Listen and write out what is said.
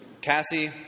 Cassie